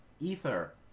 ether